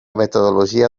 metodologia